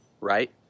right